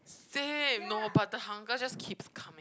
same no but the hunger just keeps coming